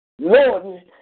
Lord